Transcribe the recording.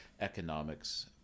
economics